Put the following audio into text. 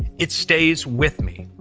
it stays with me.